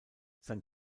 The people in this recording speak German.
sein